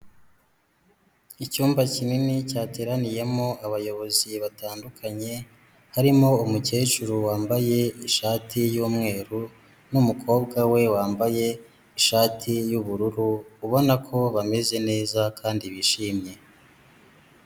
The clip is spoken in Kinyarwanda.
Icyumba kinini cyateraniyemo abayobozi batandukanye, harimo umukecuru wambaye ishati y'umweru n'umukobwa we wambaye ishati y'ubururu, ubona ko bameze neza kandi bishimye.